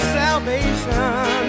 salvation